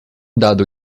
dado